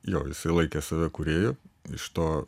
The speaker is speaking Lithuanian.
jo jisai laikė save kūrėju iš to